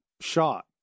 shot